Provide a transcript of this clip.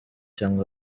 cyangwa